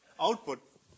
output